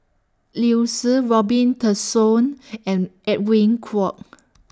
Liu Si Robin Tessensohn and Edwin Koek